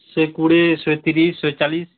ଶହେ କୋଡ଼ିଏ ଶହେ ତିରିଶ ଶହେ ଚାଳିଶି